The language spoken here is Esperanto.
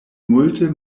multe